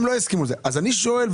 אני שואל,